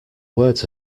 words